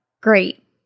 great